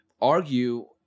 argue